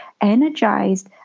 energized